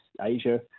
Asia